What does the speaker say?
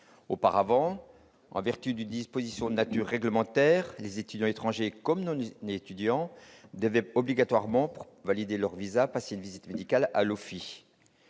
Auparavant, en vertu d'une disposition de nature réglementaire, les étrangers, étudiants comme non étudiants, devaient obligatoirement, pour valider leur visa, passer une visite médicale à l'Office